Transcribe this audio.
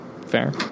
fair